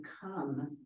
come